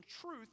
truth